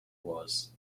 was